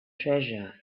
treasure